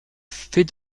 fait